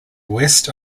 west